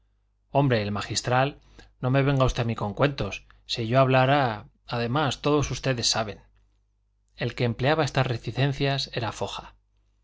hombre el magistral no me venga usted a mí con cuentos si yo hablara además todos ustedes saben el que empleaba estas reticencias era foja